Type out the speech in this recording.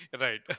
Right